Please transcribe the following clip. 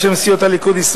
בשם סיעות הליכוד,